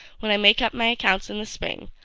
when i make up my accounts in the spring,